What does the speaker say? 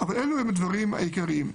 אבל אלה הדברים העיקריים.